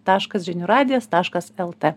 taškas žinių radijas taškas lt